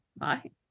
Right